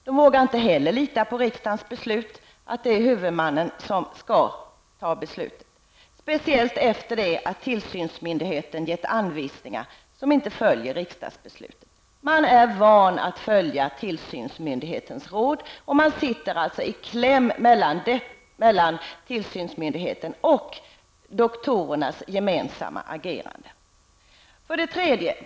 De vågar inte heller lita på riksdagens beslut att det är huvudmannen som skall fatta besluten; speciellt efter det att tillsynsmyndigheten givit anvisningar som inte följer riksdagsbeslutet. Man är van att följa tillsynsmyndighetens råd och sitter alltså i kläm mellan tillsynsmyndigheten och doktorernas gemensamma agerande.